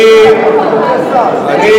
אנחנו חושבים שאתה מתבלבל.